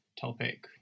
topic